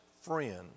friend